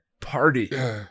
party